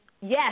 Yes